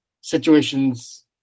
situations